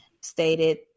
stated